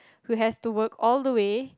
who has to work all the way